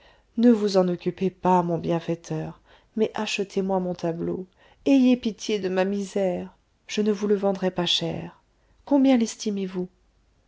ne vous en occupez pas mon bienfaiteur mais achetez-moi mon tableau ayez pitié de ma misère je ne vous le vendrai pas cher combien